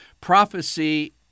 Prophecy